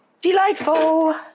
Delightful